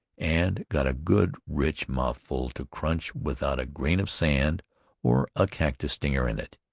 and got a good rich mouthful to crunch without a grain of sand or a cactus-stinger in it.